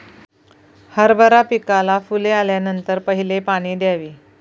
हरभरा पिकाला फुले आल्यानंतर पहिले पाणी द्यावे